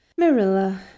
Marilla